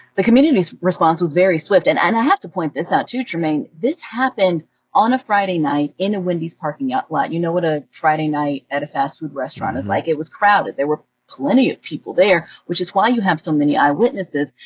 the community response was very swift. and and i have to point this out, too, trymaine. this happened on a friday night in a wendy's parking lot. you know what a friday night at a fast food restaurant is like. it was crowded. there were plenty of people there, which is why you have so many eye witnesses.